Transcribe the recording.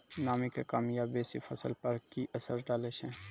नामी के कम या बेसी फसल पर की असर डाले छै?